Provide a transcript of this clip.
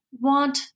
want